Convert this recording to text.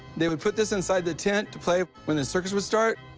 they would put this inside the tent to play when the circus would start.